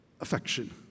affection